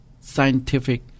scientific